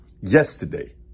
yesterday